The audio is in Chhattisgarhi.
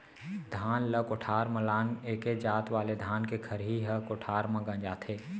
धान ल कोठार म लान के एके जात वाले धान के खरही ह कोठार म गंजाथे